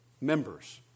members